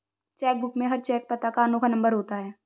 check book में हर cheque पता का अनोखा नंबर होता है